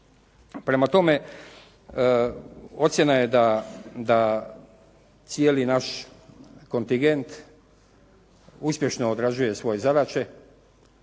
Prema tome ocjena je da cijeli naš kontingent uspješno odrađuje svoje zadaće.